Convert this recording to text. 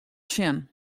sjen